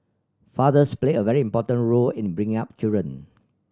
fathers play a very important role in bringing up children